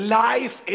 life